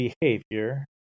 behavior